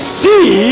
see